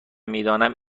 میدانم